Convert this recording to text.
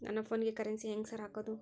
ನನ್ ಫೋನಿಗೆ ಕರೆನ್ಸಿ ಹೆಂಗ್ ಸಾರ್ ಹಾಕೋದ್?